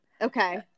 Okay